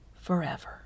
forever